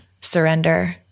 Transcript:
surrender